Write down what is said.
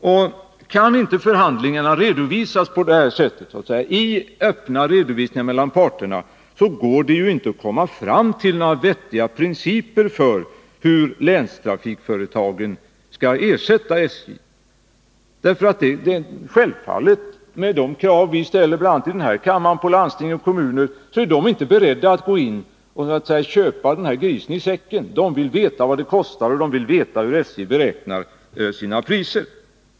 Kan det inte bli en öppen redovisning mellan parterna i förhandlingarna, så går det ju inte heller att komma fram till några vettiga principer för hur länstrafikföretagen skall ersätta SJ. Med de krav som vi bl.a. i den här kammaren ställer på landsting och kommuner är dessa självfallet inte beredda att så att säga köpa grisen i säcken. De vill veta vad det kostar, och de vill veta hur SJ beräknar sina priser.